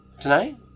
Tonight